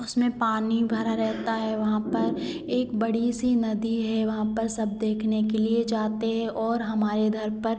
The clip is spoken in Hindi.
उसमें पानी भरा रहता है वहाँ पर एक बड़ी सी नदी है वहाँ पर सब देखने के लिए जाते हैं और हमारे इधर पर